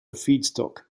feedstock